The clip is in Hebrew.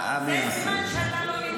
זה סימן שאתה לא נמצא פה.